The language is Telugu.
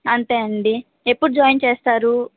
అంతే అండి ఎప్పుడు జాయిన్ చేస్తారు